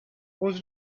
was